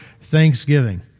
Thanksgiving